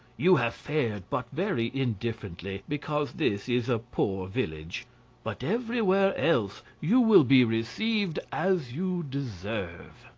you have fared but very indifferently because this is a poor village but everywhere else, you will be received as you deserve.